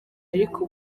ariko